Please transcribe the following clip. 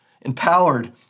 Empowered